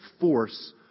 force